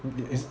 is